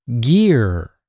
Gear